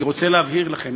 אני רוצה להבהיר לכם,